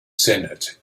senate